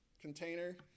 container